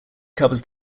covers